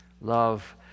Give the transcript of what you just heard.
Love